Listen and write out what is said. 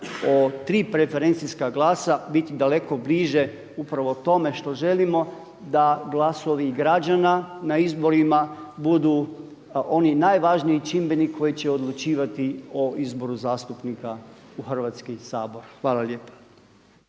o tri preferencijska glasa biti daleko bliže upravo tome što želimo da glasovi građana na izborima budu onaj najvažniji čimbenik koji će odlučivati o izboru zastupnika u Hrvatski sabor. Hvala lijepa.